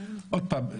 עוד פעם,